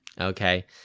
Okay